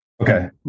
Okay